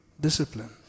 disciplined